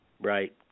Right